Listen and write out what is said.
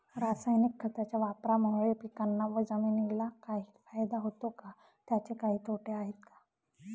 रासायनिक खताच्या वापरामुळे पिकांना व जमिनीला काही फायदा होतो का? त्याचे काही तोटे आहेत का?